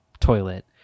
toilet